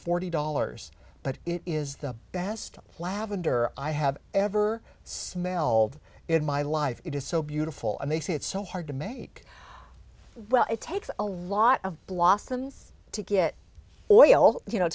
forty dollars but it is the best lavender i have ever smelled in my life it is so beautiful and they say it's so hard to make well it takes a lot of blossoms to get oil you know